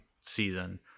season